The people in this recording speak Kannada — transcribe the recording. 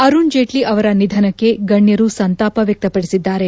ಅರುಣ್ ಜೇಟ್ಲಿ ಅವರ ನಿಧನಕ್ಕೆ ಗಣ್ಣರು ಸಂತಾಪ ವ್ಯಕ್ತಪಡಿಸಿದ್ದಾರೆ